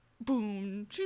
boom